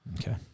Okay